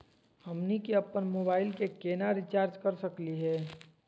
हमनी के अपन मोबाइल के केना रिचार्ज कर सकली हे?